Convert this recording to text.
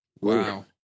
Wow